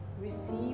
receive